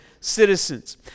citizens